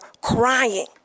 crying